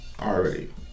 already